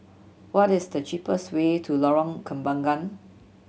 what is the cheapest way to Lorong Kembangan